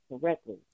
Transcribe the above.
correctly